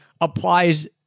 applies